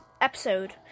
Episode